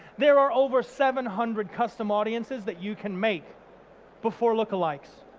there are over seven hundred custom audiences that you can make before lookalikes